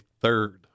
third